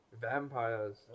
Vampires